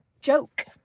joke